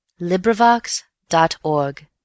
LibriVox.org